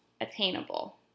attainable